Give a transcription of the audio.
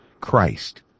Christ